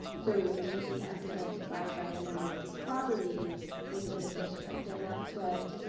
so we would take the estimate, divide by the number of properties within the district. and that's what